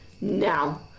Now